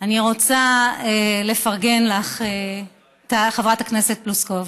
אני רוצה לפרגן לך, חברת הכנסת פלוסקוב.